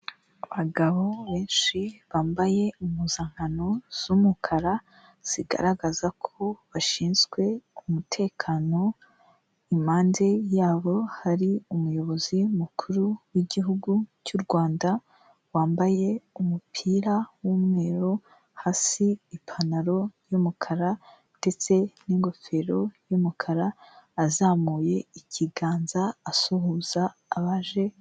Abagabo benshi bambaye impuzankano z'umukara zigaragaza ko bashinzwe umutekano, impande yabo hari umuyobozi mukuru w'igihugu cy'u Rwanda wambaye umupira w'umweru hasi ipantaro y'umukara ndetse n'ingofero y'umukara azamuye ikiganza asuhuza abaje.